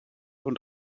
und